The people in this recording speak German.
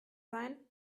sein